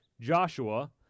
Joshua